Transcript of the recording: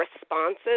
responses